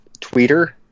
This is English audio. Tweeter